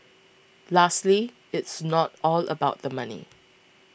lastly it's not all about the money